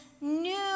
new